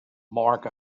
mark